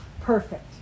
perfect